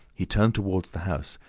he turned towards the house,